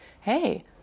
hey